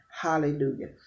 Hallelujah